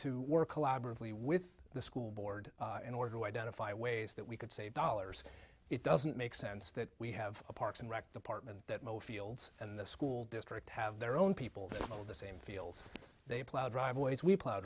to work collaboratively with the school board in order to identify ways that we could save dollars it doesn't make sense that we have a parks and rec department that most heels and the school district have their own people that have all the same fields they plow driveways we plow